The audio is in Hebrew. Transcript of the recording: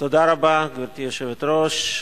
תודה רבה, גברתי היושבת-ראש.